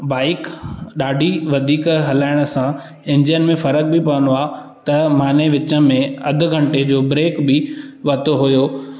bike ॾाढी वधीक हलाइण सां इंजन में फ़र्क बि पवंदो आहे त मां हिन खे विच में अध घंटे जो ब्रेक बि वरितो हुयो